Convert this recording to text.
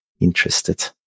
interested